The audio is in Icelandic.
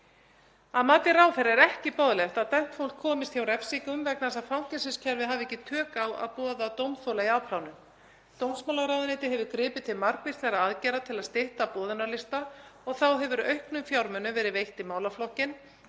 Að mati ráðherra er ekki boðlegt að dæmt fólk komist hjá refsingum vegna þess að fangelsiskerfið hafi ekki tök á að boða dómþola í afplánun. Dómsmálaráðuneytið hefur gripið til margvíslegra aðgerða til að stytta boðunarlista og þá hafa auknir fjármunir verið veittir í málaflokkinn,